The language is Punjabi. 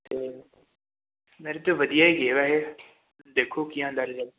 ਅਤੇ ਮੇਰੇ ਤਾਂ ਵਧੀਆ ਹੀ ਗਏ ਵੈਸੇ ਦੇਖੋ ਕੀ ਆਉਂਦਾ ਰਿਜਲਟ